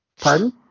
Pardon